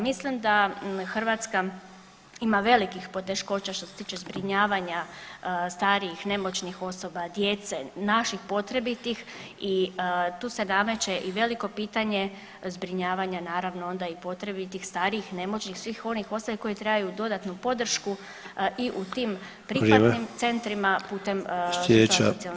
Mislim da Hrvatska ima velikih poteškoća što se tiče zbrinjavanja starijih, nemoćnih osoba, djece, naših potrebitih i tu se nameće i veliko pitanje zbrinjavanja naravno onda i potrebitih starijih, nemoćnih, svih onih ostalih koji trebaju dodatnu podršku i u tim [[Upadica Sanader: Vrijeme.]] privatnim centrima putem sustava socijalne skrbi.